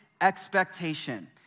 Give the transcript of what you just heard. expectation